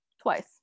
twice